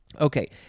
okay